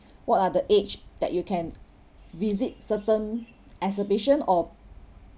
what are the age that you can visit certain exhibition or